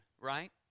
right